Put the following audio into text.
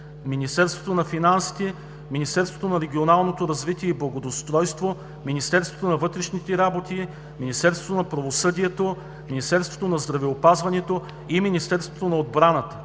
Министерството на финансите, Министерството на регионалното развитие и благоустройството, Министерството на вътрешните работи, Министерството на правосъдието, Министерството на здравеопазването и Министерството на отбраната,